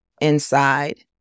inside